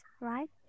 right